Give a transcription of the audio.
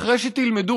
אחרי שתלמדו,